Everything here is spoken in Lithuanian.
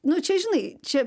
nu čia žinai čia